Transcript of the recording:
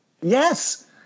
yes